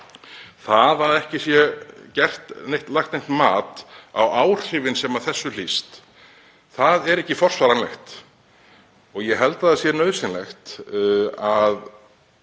Það að ekki sé lagt neitt mat á áhrifin sem af þessu hljótast er ekki forsvaranlegt og ég held að það sé nauðsynlegt að